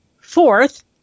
Fourth